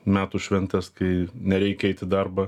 metų šventes kai nereikia eit į darbą